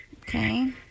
Okay